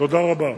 תודה רבה.